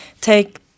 take